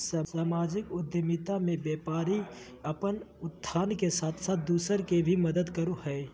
सामाजिक उद्द्मिता मे व्यापारी अपने उत्थान के साथ साथ दूसर के भी मदद करो हय